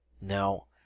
Now